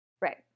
Right